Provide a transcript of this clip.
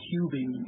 cubing